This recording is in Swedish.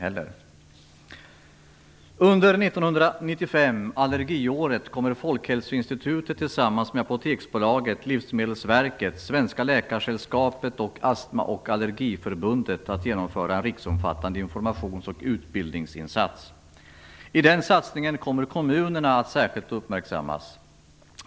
Under 1995 - allergiåret - kommer Folhälsoinstitutet tillsammans med Apoteksbolaget, Livsmedelsverket, Svenska Läkaresällskapet och Astma och Allergiförbundet att genomföra en riksomfattande informations och utbildningsinsats. I den satsningen kommer kommunerna att särskilt uppmärksammas.